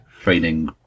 training